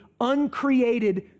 uncreated